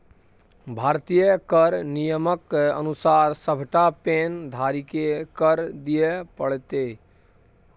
भारतीय कर नियमक अनुसार सभटा पैन धारीकेँ कर दिअ पड़तै